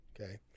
okay